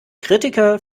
kritiker